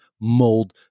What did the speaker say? mold